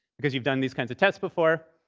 because you've done these kinds of tests before.